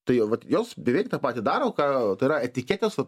tai vat jos beveik tą pati daro ką tai yra etiketės o